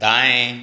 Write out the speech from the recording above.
दाएँ